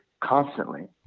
constantly